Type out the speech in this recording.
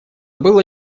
было